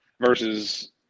Versus